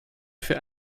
fais